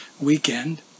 weekend